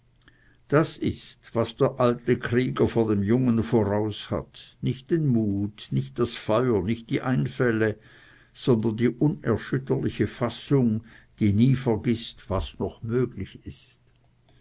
das ist was der alte krieger vor dem jungen voraus hat nicht den mut nicht das feuer nicht die einfälle sondern die unerschütterliche fassung die nicht vergißt was noch möglich ist